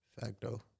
Facto